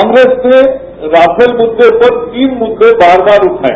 कांग्रेस ने राफेल मुद्दे पर तीन मुद्दे बार बार उठाये